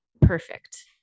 perfect